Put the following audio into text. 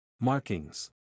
Markings